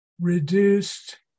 reduced